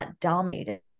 dominated